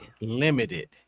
limited